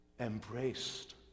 embraced